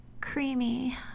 creamy